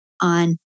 on